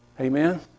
Amen